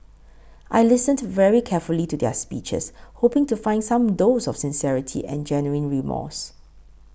I listened very carefully to their speeches hoping to find some dose of sincerity and genuine remorse